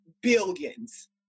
billions